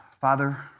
Father